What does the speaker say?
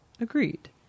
Agreed